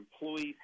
employees